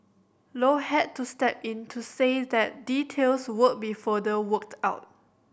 low had to step in to say that details would be further worked out